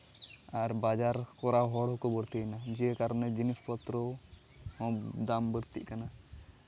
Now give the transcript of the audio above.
ᱟᱨ ᱵᱟᱡᱟᱨ ᱠᱚᱨᱟᱣ ᱦᱚᱲ ᱦᱚᱸᱠᱚ ᱵᱟᱹᱲᱛᱤᱭᱮᱱᱟ ᱡᱮ ᱠᱟᱨᱚᱱᱮ ᱡᱤᱱᱤᱥ ᱯᱚᱛᱨᱚ ᱦᱚᱸ ᱫᱟᱢ ᱵᱟᱹᱲᱛᱤᱜ ᱠᱟᱱᱟ